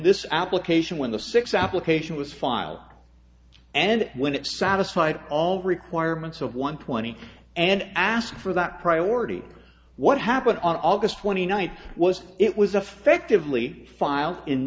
this application when the six outlook ation was filed and when it satisfied all requirements of one twenty and ask for that priority what happened on august twenty ninth was it was affectively filed in